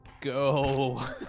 go